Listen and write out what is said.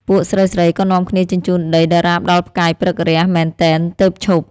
ពួកស្រីៗក៏នាំគ្នាជញ្ជូនដីដរាបដល់ផ្កាយព្រឹករះ មែនទែនទើបឈប់។